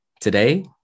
Today